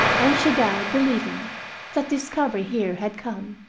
and she died believing that discovery here had come,